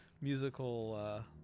musical